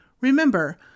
Remember